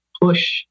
push